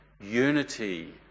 unity